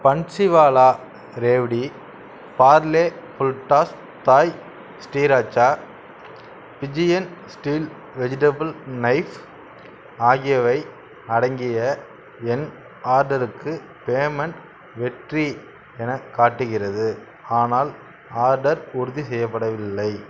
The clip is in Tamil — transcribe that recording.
Bansiwala revdi Parle full toss Thai Sriracha Pigeon steel vegetable knife ஆகியவை அடங்கிய என் ஆர்டருக்கு பேமெண்ட் வெற்றி எனக் காட்டுகிறது ஆனால் ஆர்டர் உறுதி செய்யப்படவில்லை